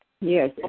Yes